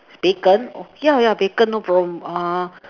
bacon yeah yeah bacon no problem uh